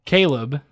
Caleb